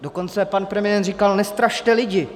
Dokonce pan premiér říkal: Nestrašte lidi!